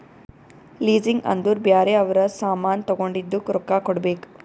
leasing ಅಂದುರ್ ಬ್ಯಾರೆ ಅವ್ರ ಸಾಮಾನ್ ತಗೊಂಡಿದ್ದುಕ್ ರೊಕ್ಕಾ ಕೊಡ್ಬೇಕ್